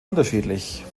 unterschiedlich